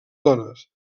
dones